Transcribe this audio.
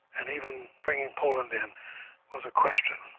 and even bringing poland in was a question.